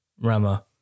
rama